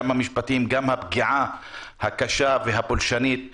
המשפטיים וגם הפגיעה הקשה והפולשנית בפרטיות,